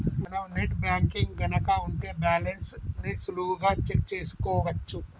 మనం net banking గనక ఉంటే బ్యాలెన్స్ ని సులువుగా చెక్ చేసుకోవచ్చు